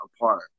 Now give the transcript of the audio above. apart